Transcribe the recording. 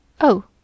Oh